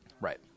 right